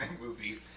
movie